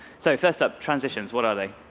so first up, transitions, what are they?